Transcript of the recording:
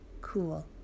cool